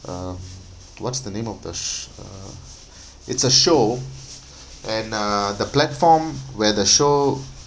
uh what's the name of the s~ uh it's a show and uh the platform where the show